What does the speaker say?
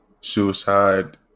Suicide